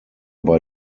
bei